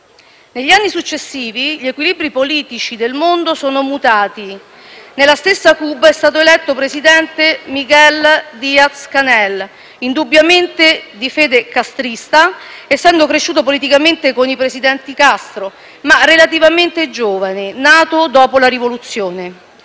Negli anni successivi, gli equilibri politici nel mondo sono mutati. Nella stessa Cuba è stato eletto presidente Miguel Diaz-Canel, indubbiamente di fede castrista, essendo cresciuto politicamente con i presidenti Castro, ma relativamente giovane, nato dopo la rivoluzione.